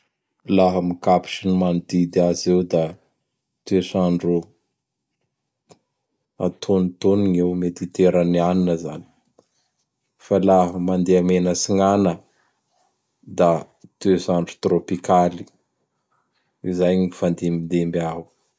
Laha am Cap sy n manodidy azy eo; da toes'andro antonotony gn eo mediteraniania zany. Fa la mandeha megn'atsignana da toets'andro trôpikaly. Izay gn mifandimbidimby ao.